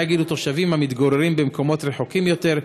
מה יגידו תושבים המתגוררים במקומות רחוקים יותר,